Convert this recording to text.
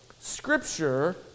Scripture